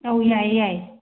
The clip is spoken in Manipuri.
ꯑꯧ ꯌꯥꯏꯌꯦ ꯌꯥꯏꯌꯦ